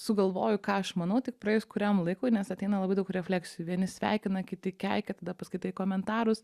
sugalvoju ką aš manau tik praėjus kuriam laikui nes ateina labai daug refleksijų vieni sveikina kiti keikia tada paskaitai komentarus